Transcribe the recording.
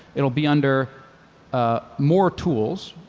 it'll be under ah more tools,